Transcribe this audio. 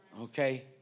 Okay